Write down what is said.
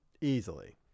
Easily